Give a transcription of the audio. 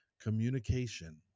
communication